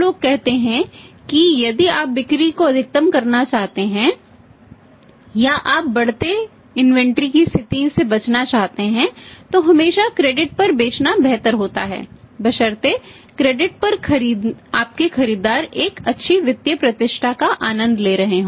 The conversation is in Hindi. लोग क्रेडिट पर आपके खरीदार एक अच्छी वित्तीय प्रतिष्ठा का आनंद ले रहे हों